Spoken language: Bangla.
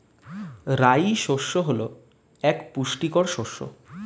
রাই শস্য হল এক পুষ্টিকর শস্য